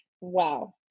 wow